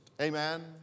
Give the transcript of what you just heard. Amen